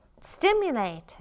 stimulated